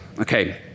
Okay